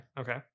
Okay